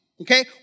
Okay